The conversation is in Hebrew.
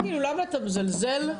למה אתה מזלזל?